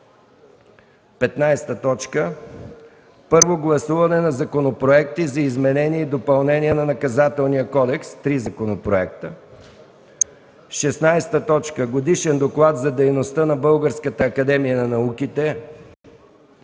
15. Първо гласуване на Законопроекти за изменение и допълнение на Наказателния кодекс – три законопроекта. 16. Годишен доклад за дейността на Българската академия на науките.